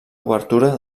obertura